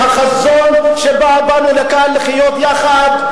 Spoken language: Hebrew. את החזון שבו באנו לכאן לחיות יחד,